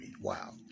Wow